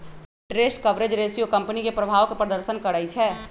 interest coverage ratio company के प्रभाव के प्रदर्शन करइ छै